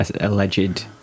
alleged